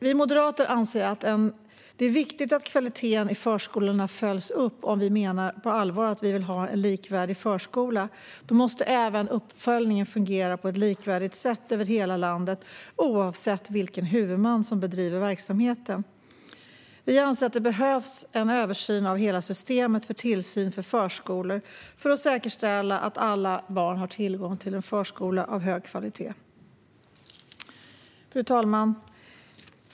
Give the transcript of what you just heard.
Vi moderater anser att det är viktigt att kvaliteten i förskolorna följs upp. Om man menar allvar med att vilja ha en likvärdig förskola måste även uppföljningen fungera på ett likvärdigt sätt över hela landet, oavsett vilken huvudman som bedriver verksamheten. Vi anser att det behövs en översyn av hela systemet för tillsyn av förskolor, för att säkerställa att alla barn har tillgång till en förskola av hög kvalitet. Fru talman!